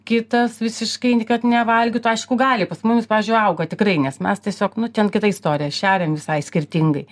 kitas visiškai kad nevalgytų aišku gali pas mumis pavyzdžiui auga tikrai nes mes tiesiog nu ten kita istorija šeriam visai skirtingai